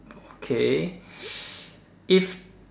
okay if